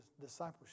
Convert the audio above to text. discipleship